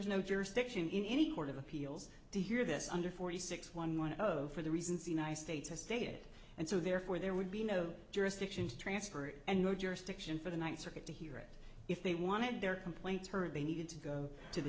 there's no jurisdiction in any court of appeals to hear this under forty six one one zero for the reasons the united states has stated and so therefore there would be no jurisdiction to transfer it and no jurisdiction for the ninth circuit to hear if they wanted their complaints heard they need to go to the